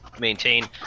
Maintain